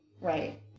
Right